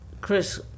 chris